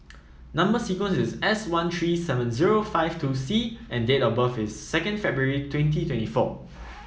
number sequence is S one three seven zero four five two C and date of birth is second February twenty twenty four